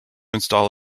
install